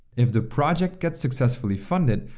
if the project gets successfully funded,